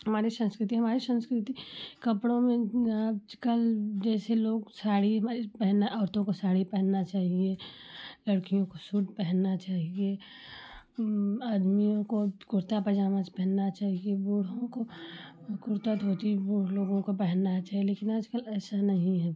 हमारी सँस्कृति हमारी सँस्कृति कपड़ों में आजकल जैसे लोग साड़ी पहनना औरतों को साड़ी पहनना चाहिए लड़कियों को सूट पहनना चाहिए आदमियों को कुर्ता पैजामा पहनना चाहिए बूढ़ों को कुर्ता धोती बूढ़ लोगों को पहनना चाहिए लेकिन आजकल ऐसा नहीं है